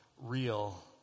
real